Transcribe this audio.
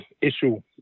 issue